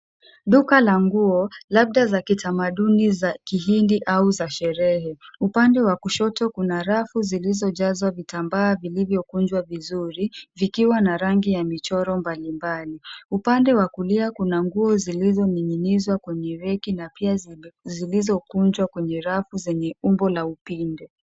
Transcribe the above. Duka la nguo, labda za kitamaduni za kihindi au za sherehe. Upande wa kushoto kuna rafu zilizojazwa vitambaa vilivyokunjwa vizuri vikiwa na rangi ya michoro mbalimbali. Upande wa kulia kuna nguo zilizoning'inizwa kwenye reki na pia zilizokunjwa kwenye rafu zenye umbo la upinde.